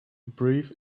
reprieve